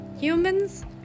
Humans